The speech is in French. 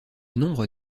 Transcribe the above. nombre